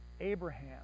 Abraham